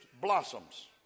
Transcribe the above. blossoms